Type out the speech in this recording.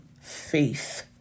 faith